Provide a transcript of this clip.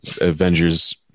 Avengers